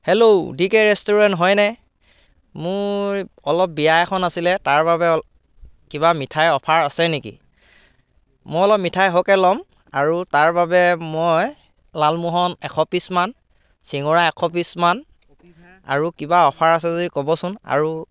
hello D K restaurant হয়নে মোৰ অলপ বিয়া এখন আছিলে তাৰ বাবে কিবা মিঠাইৰ অ'ফাৰ আছে নেকি মই অলপ মিঠাই সৰহকৈ ল'ম আৰু তাৰ বাবে মই লাল মোহন এশ পিছমান চিঙৰা এশ পিছমান আৰু কিবা অ'ফাৰ আছে যদি ক'বচোন আৰু